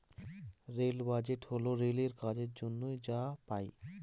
rail budget হল রেলের কাজের জন্য যা পাই